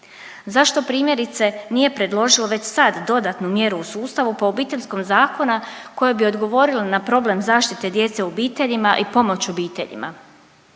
Zašto primjerice nije predložilo već sad dodatnu mjeru u sustavu po Obiteljskom zakonu koje bi odgovorilo na problem zaštite djece u obiteljima i pomoć obiteljima,